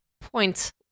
point